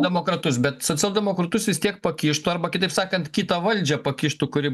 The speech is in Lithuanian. demokratus bet socialdemokratus vis tiek pakištų arba kitaip sakant kitą valdžią pakištų kuri